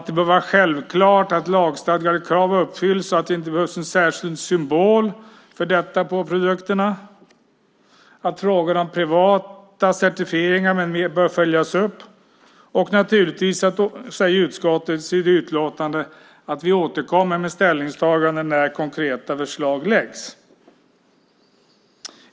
Det bör vara självklart att lagstadgade krav uppfylls, det behövs inte en särskild symbol för detta på produkterna, frågan om privata certifieringar med mera bör följas upp. Naturligtvis säger utskottet i sitt utlåtande att man återkommer med ställningstagande när konkreta förslag läggs fram.